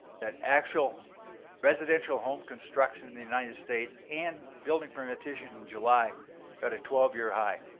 that actual residential home construction in the united states and building permits issued in july are at a twelve year high.